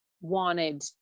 wanted